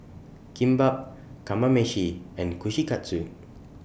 Kimbap Kamameshi and Kushikatsu